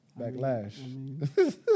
Backlash